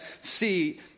see